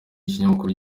ikinyamakuru